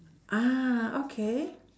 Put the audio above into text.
ah okay